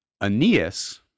Aeneas